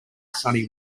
sunny